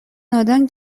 نادان